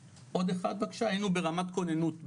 היינו ברמת כוננות ב'